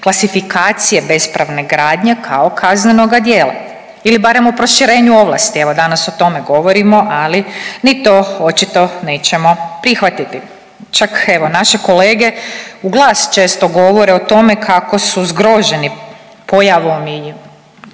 klasifikacije bespravne gradnje kao kaznenog djela ili barem o proširenju ovlasti, evo danas o tome govorimo, ali ni to očito nećemo prihvatiti. Čak evo naše kolege u glas često govore o tome kako su zgroženi pojavom i